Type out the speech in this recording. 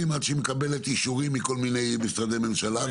לפני שהיא מקבלת אישורים מכל מיני משרדי ממשלה.